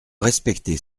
respecter